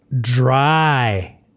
dry